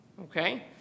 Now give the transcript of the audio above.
okay